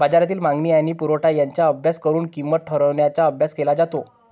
बाजारातील मागणी आणि पुरवठा यांचा अभ्यास करून किंमत ठरवण्याचा अभ्यास केला जातो